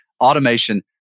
automation